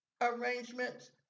arrangements